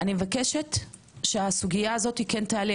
אני מבקשת שהסוגיה הזאת תעלה,